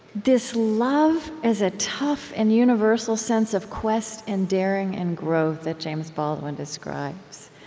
this love as a tough and universal sense of quest and daring and growth that james baldwin describes,